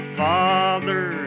father